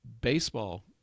Baseball